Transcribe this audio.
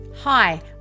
Hi